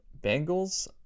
Bengals